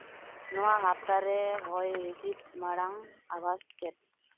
ᱱᱚᱣᱟ ᱦᱟᱯᱛᱟ ᱨᱮ ᱦᱚᱭ ᱦᱤᱸᱥᱤᱫ ᱢᱟᱲᱟᱝ ᱟᱵᱷᱟᱥ ᱪᱮᱫ